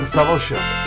Fellowship